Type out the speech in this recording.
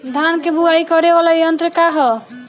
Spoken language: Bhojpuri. धान के बुवाई करे वाला यत्र का ह?